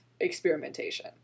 experimentation